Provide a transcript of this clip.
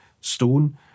stone